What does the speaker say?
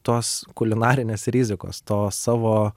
tos kulinarinės rizikos to savo